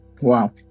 Wow